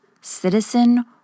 citizen